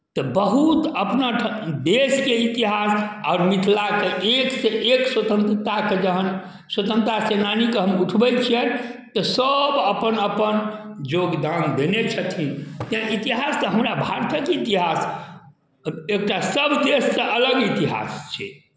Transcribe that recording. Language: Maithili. तऽ बहुत अपना ठाँ देशके इतिहास आओर मिथिलाके एकसँ एक स्वतन्त्रताके जहन स्वतंत्रता सेनानीकेँ हम उठबै छियनि तऽ सभ अपन अपन योगदान देने छथिन तैँ इतिहास तऽ हमरा भारतक इतिहास एकटा सभ देशसँ अलग इतिहास छै